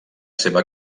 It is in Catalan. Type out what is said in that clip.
seva